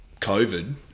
COVID